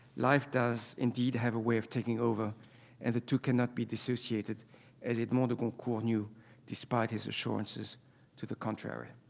life does indeed have a way of taking over and the two cannot be dissociated as edmond de goncourt knew despite his assurances to the contrary.